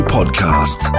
Podcast